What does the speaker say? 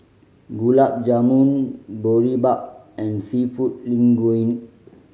Gulab Jamun Boribap and Seafood Linguine